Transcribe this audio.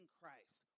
Christ